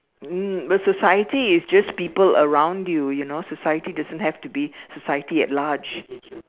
um the society is just people around you you know society doesn't have to be society at large